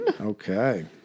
Okay